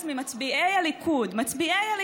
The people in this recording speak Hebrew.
התשע"ז 2017, לא אושרה.